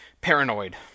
paranoid